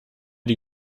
die